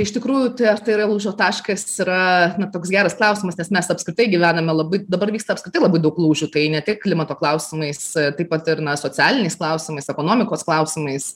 iš tikrųjų tai ar tai yra lūžio taškas yra toks geras klausimas nes mes apskritai gyvename labai dabar vyksta apskritai labai daug lūžių tai ne tik klimato klausimais taip pat ir na socialiniais klausimais ekonomikos klausimais